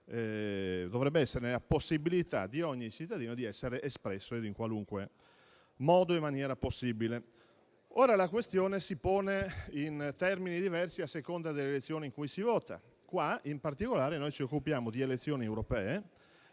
dovrebbe avere la possibilità di esercitare il diritto di voto in qualunque modo possibile. Ora, la questione si pone in termini diversi a seconda delle elezioni in cui si vota. Qui, in particolare, ci occupiamo di elezioni europee